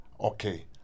Okay